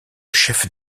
chef